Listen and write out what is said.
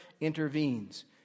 intervenes